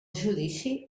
judici